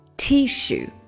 tissue